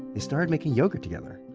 they started making yogurt together.